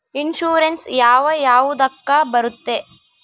Insurance ಯಾವ ಯಾವುದಕ್ಕ ಬರುತ್ತೆ?